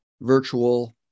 virtual